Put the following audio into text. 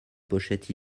pochette